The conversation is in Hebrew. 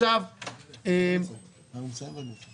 שאלה נוספת